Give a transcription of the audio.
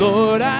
Lord